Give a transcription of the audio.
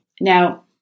Now